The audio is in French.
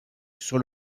sur